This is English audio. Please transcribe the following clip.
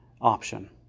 option